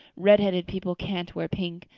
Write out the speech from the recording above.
redheaded people can't wear pink,